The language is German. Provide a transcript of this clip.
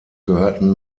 gehörten